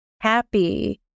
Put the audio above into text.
happy